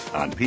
on